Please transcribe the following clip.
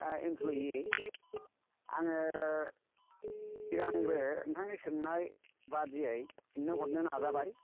employ आङो सिगांग्रो नोंथांनि सोंनाय बादियै फिननो हरनो नाजाबाय